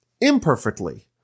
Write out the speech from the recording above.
imperfectly